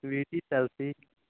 ਟਵੀਟੀ ਟੈਲਸੀ